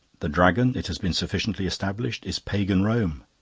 the dragon, it has been sufficiently established, is pagan rome,